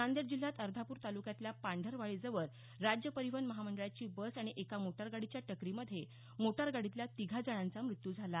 नांदेड जिल्ह्यात अर्धापूर तालुक्यातल्या पांढरवाढीजवळ राज्य परिवहन महामंडळाची बस आणि एका मोटारगाडीच्या टक्करीमध्ये मोटारगाडील्या तिघा जणाचां मृत्यू झाला